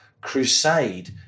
crusade